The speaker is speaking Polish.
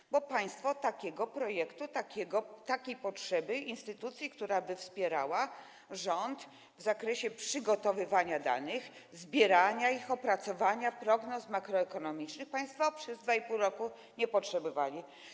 Dlatego że państwo takiego projektu, takiej potrzeby instytucji, która by wspierała rząd w zakresie przygotowywania danych, zbierania ich, opracowania prognoz makroekonomicznych, państwo przez 2,5 roku nie potrzebowali.